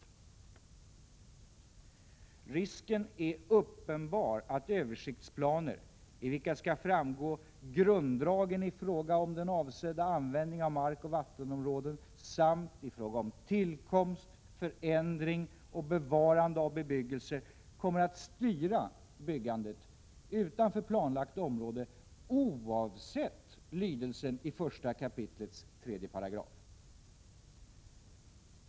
Risken är uppenbar att översiktsplaner, i vilka skall framgå grunddragen i fråga om den avsedda användningen av markoch vattenområden samt i fråga om tillkomst, förändring och bevarande av bebyggelse, kommer att styra byggandet utanför planlagt område oavsett lydelsen i 1 kap. 3 §.